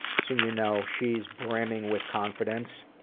so you know, she's brimming with confidence.